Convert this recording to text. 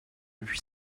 puis